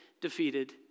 defeated